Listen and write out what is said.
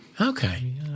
Okay